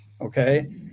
okay